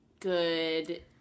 good